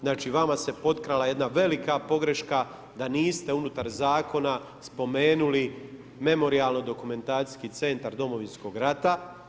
Znači, vama se potkrala jedna velika pogreška da niste unutar Zakona spomenuli memorijalno-dokumentacijski centar Domovinskog rata.